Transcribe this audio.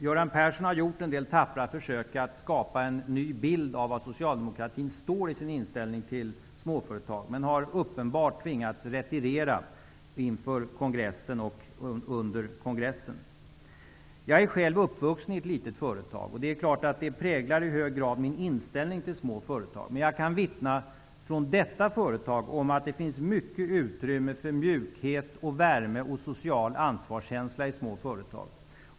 Göran Persson har gjort en del tappra försök att skapa en ny bild av vad Socialdemokraterna har för inställning till småföretag men har uppenbart tvingats retirera inför och under kongressen. Jag är själv uppvuxen med ett litet företag. Det präglar självfallet i hög grad min inställning till små företag. Jag kan från detta företag vittna om att det finns mycket utrymme för mjukhet, värme och social ansvarskänsla i små företag.